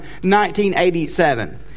1987